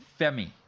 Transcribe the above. Femi